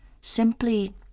Simply